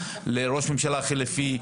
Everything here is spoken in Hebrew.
לראש הממשלה החליפי,